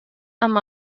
amb